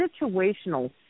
situational